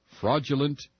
fraudulent